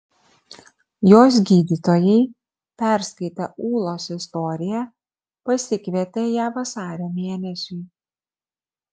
jos gydytojai perskaitę ūlos istoriją pasikvietė ją vasario mėnesiui